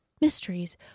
mysteries